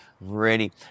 ready